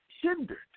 hindered